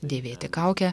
dėvėti kaukę